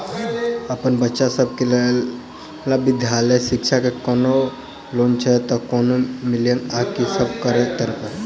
अप्पन बच्चा सब केँ लैल विधालय शिक्षा केँ कोनों लोन छैय तऽ कोना मिलतय आ की सब करै पड़तय